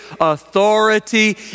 authority